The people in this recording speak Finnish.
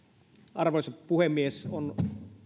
arvoisa puhemies on